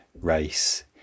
race